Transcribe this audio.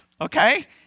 okay